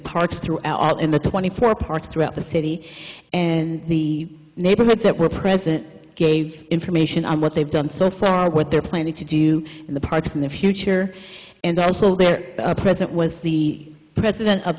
parks throughout in the twenty four parks throughout the city and the neighborhoods that were present gave information on what they've done so far what they're planning to do in the parks in the future and also their present was the president of